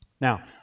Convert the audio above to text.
Now